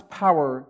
power